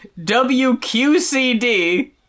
WQCD